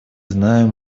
знаем